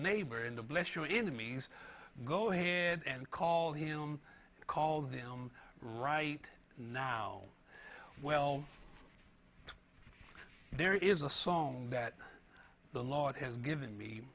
neighbor in the bless your enemies go ahead and call him call them right now well there is a song that a lot has given me